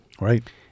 Right